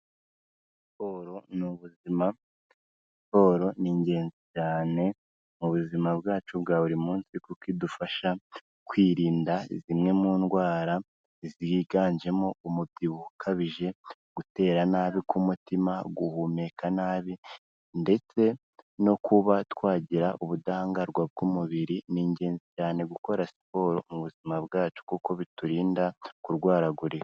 Siporo ni ubuzima, siporo ni ingenzi mu buzima bwacu bwa buri munsi kuko idufasha kwirinda zimwe mu ndwara, ziganjemo umubyibuho ukabije, gutera nabi k'umutima, guhumeka nabi ndetse no kuba twagira ubudahangarwa bw'umubiri, ni ingenzi cyane gukora siporo mu buzima bwacu kuko biturinda kurwaragurika.